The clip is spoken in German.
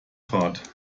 fahrt